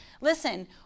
Listen